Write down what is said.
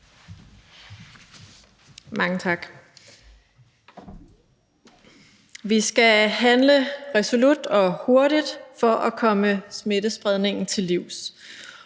Mange tak. Vi skal handle resolut og hurtigt for at komme smittespredningen til livs,